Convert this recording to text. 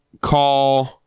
call